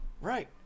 Right